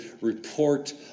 report